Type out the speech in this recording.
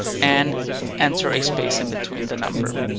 and enter a space in between the number.